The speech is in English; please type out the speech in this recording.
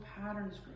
patterns